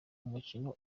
umukino